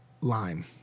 lime